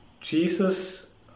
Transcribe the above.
Jesus